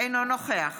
אינו נוכח